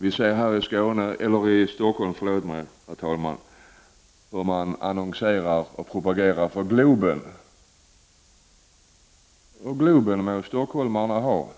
Vi ser här i Stockholm hur man annonserar och propagerar för Globen. Globen må stockholmarna ha,